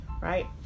Right